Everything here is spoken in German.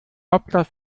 hauptstadt